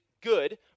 good